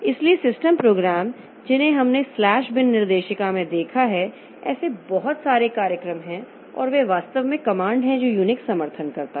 इसलिए system program जिन्हें हमने स्लैश बिन निर्देशिका में देखा है ऐसे बहुत सारे कार्यक्रम हैं और वे वास्तव में कमांड हैं जो यूनिक्स समर्थन करता है